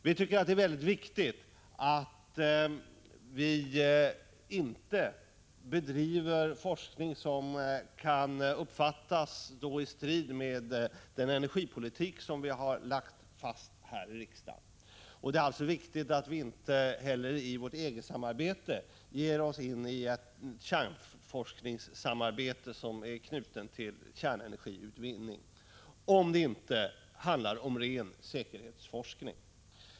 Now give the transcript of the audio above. Vi tycker det är mycket viktigt att vi inte bedriver forskning som kan uppfattas stå i strid med den energipolitik som vi lagt fast här i riksdagen. Det är alltså viktigt att vi inte heller i vårt EG-samarbete ger oss in i ett kärnforskningssamarbete som är knutet till kärnenergiutvinning, om det inte handlar om ren säkerhetsforskning.